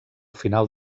final